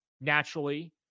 naturally